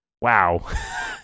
Wow